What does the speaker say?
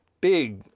big